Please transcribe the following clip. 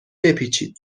بپیچید